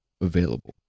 available